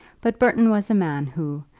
but burton was a man who,